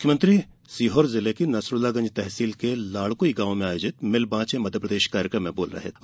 मुख्यमंत्री सीहोर जिले की नसरूल्लागंज तहसील के लाड़कुई गांव में आयोजित मिल बॉचें मध्यप्रदेश कार्यक्रम में बोल रहे थे